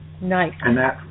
Nice